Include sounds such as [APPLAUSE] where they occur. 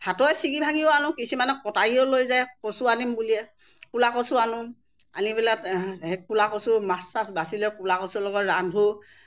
হাতেৰে ছিঙি ভাঙিও আনো কিছুমানে কটাৰীও লৈ যায় কচু আনিম বুলিয়ে কুলা কচু আনো আনি পেলাই [UNINTELLIGIBLE] কুলা কচু মাছ চাছ বাচি লৈ কুলা কচু লগত ৰান্ধোঁ